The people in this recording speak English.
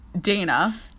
Dana